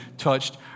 touched